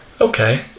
Okay